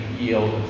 yield